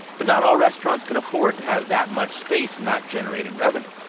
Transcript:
but not all restaurants can afford to have that much space not generating revenue.